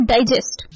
Digest